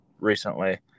recently